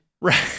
Right